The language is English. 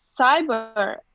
cyber